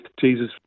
Jesus